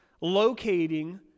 locating